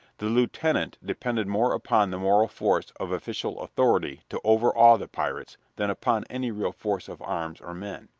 the lieutenant depended more upon the moral force of official authority to overawe the pirates than upon any real force of arms or men.